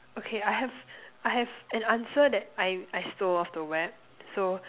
okay I have I have an answer that I I stole off the web so